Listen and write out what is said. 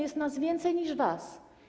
Jest nas więcej niż was.